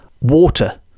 water